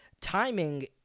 timing